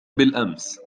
بالأمس